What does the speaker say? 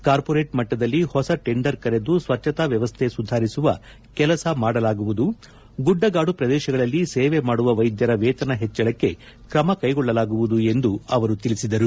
corporate ಮಟ್ಟದಲ್ಲಿ ಹೊಸ tender ಕರೆದು ಸ್ವಚ್ಛತಾ ವ್ಯವಸ್ಥೆ ಸುಧಾರಿಸುವ ಕೆಲಸ ಮಾಡಲಾಗುವುದು ಗುಡ್ಡಗಾಡು ಪ್ರದೇಶಗಳಲ್ಲಿ ಸೇವೆ ಮಾಡುವ ವೈದ್ಯರ ವೇತನ ಹೆಚ್ಚಳಕ್ಕೆ ತ್ರಮ ಕೈಗೊಳ್ಳಲಾಗುವುದು ಎಂದು ಅವರು ತಿಳಿಸಿದರು